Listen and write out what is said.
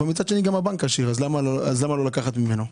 מצד שני גם הבנק עשיר אז למה לא לקחת ממנו?